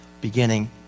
beginning